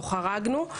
לא חרגנו.